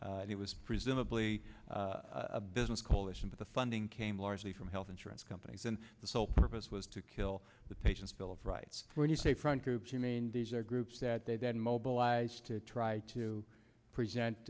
it was presumably a business coalition but the funding came largely from health insurance companies and the sole purpose was to kill the patients bill of rights when you say front groups you mean these are groups that they then mobilize to try to present